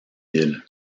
ville